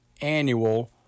annual